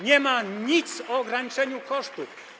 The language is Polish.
Nie ma nic o ograniczeniu kosztów.